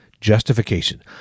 justification